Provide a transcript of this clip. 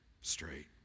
straight